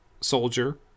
soldier